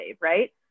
right